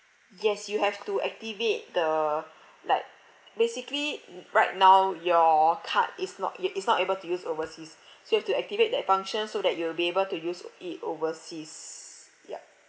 yes you have to activate the like basically mm right now your card is not yet is not able to use overseas so you have to activate that function so that you will be able to use oo it overseas yup